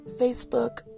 Facebook